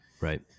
Right